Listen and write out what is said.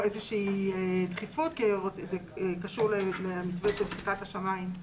איזו דחיפות כי זה קשור למתווה של פתיחת השמיים.